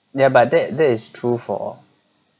ya but that that is true for